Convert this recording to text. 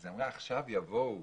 היא אמרה שעכשיו יבואו